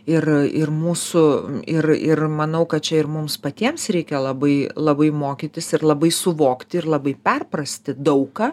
ir ir mūsų ir ir manau kad čia ir mums patiems reikia labai labai mokytis ir labai suvokti ir labai perprasti daug ką